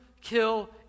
kill